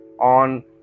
on